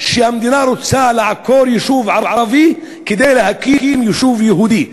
קבע שהמדינה רוצה לעקור יישוב ערבי כדי להקים יישוב יהודי.